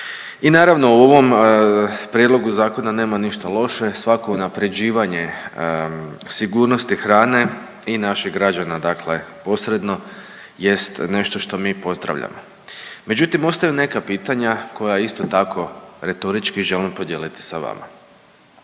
I naravno u ovom prijedlogu zakona nema ništa loše, svako unapređivanje sigurnosti hrane i naših građana dakle posredno jest nešto što mi pozdravljamo. Međutim, ostaju neka pitanja koja isto tako retorički želim podijeliti sa vama.